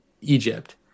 Egypt